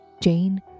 Jane